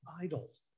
idols